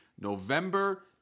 November